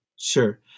Sure